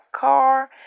car